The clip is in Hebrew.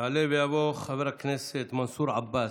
יעלה ויבוא חבר הכנסת מנסור עבאס.